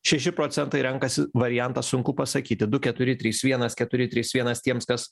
šeši procentai renkasi variantą sunku pasakyti du keturi trys vienas keturi trys vienas tiems kas